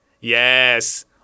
Yes